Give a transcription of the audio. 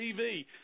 TV